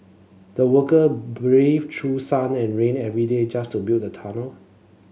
the worker braved through sun and rain every day just to build the tunnel